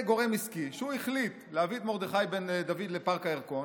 גורם עסקי שהחליט להביא את מרדכי בן דוד לפארק הירקון,